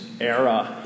era